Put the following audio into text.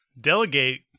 Delegate